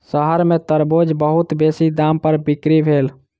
शहर में तरबूज बहुत बेसी दाम पर बिक्री भेल